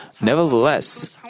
Nevertheless